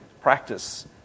practice